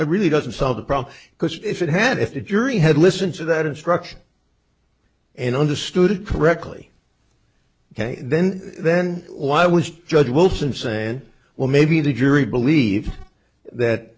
really doesn't solve the problem because if it had if the jury had listened to that instruction and understood it correctly then then why was judge wilson saying well maybe the jury believed that